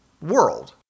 world